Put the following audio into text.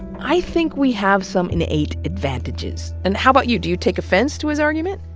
i think we have some innate advantages. and how about you? do you take offense to his argument?